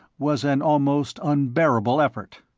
was an almost unbearable effort.